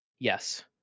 Yes